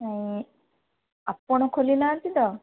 ଆପଣ ଖୋଲିନାହାନ୍ତି ତ